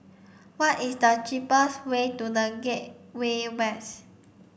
what is the cheapest way to The Gateway West